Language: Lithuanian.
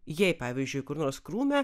jei pavyzdžiui kur nors krūme